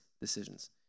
decisions